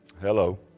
Hello